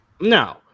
No